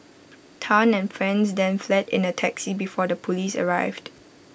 Tan and friends then fled in A taxi before the Police arrived